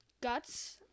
Guts